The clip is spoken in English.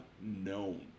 known